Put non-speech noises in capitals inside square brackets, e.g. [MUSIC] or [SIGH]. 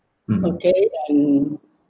[NOISE] okay and